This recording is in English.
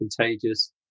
contagious